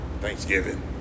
Thanksgiving